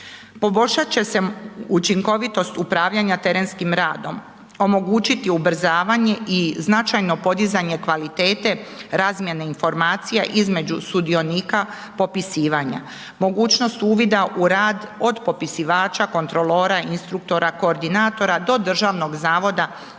Poboljšat će se učinkovitost upravljanja terenskim radom. Omogućiti ubrzavanje i značajno podizanje kvalitete razmjene informacija između sudionika popisivanja. Mogućost uvid u rad od popisivača, kontrolora, instruktora, koordinatora do Državnog zavoda za